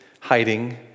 hiding